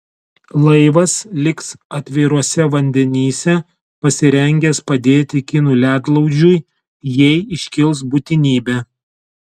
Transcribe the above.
laivas liks atviruose vandenyse pasirengęs padėti kinų ledlaužiui jei iškils būtinybė